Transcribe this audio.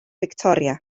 fictoria